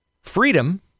Freedom